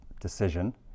decision